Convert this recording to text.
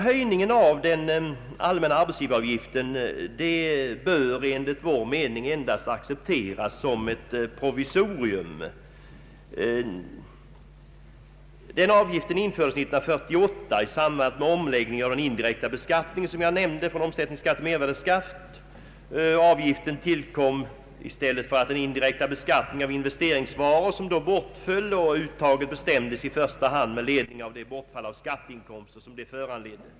Höjningen av den allmänna arbetsgivaravgiften bör enligt vår mening endast betraktas som ett provisorium. Avgiften infördes år 1968 i samband med omläggningen av den indirekta beskattningen, som jag nämnde, från omsättningsskatt = till mervärdeskatt. Avgiften tillkom i stället för den indirekta beskattningen av investeringsvaror som bortföll, och uttaget bestämdes i första hand med ledning av det bortfall av skatteinkomster som det föranledde.